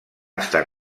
estar